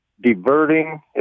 diverting